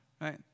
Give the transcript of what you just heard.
Right